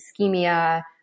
ischemia